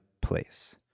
place